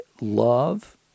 love